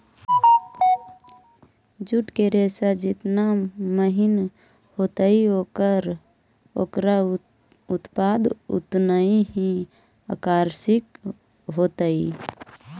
jute के रेशा जेतना महीन होतई, ओकरा उत्पाद उतनऽही आकर्षक होतई